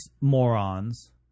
morons